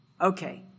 Okay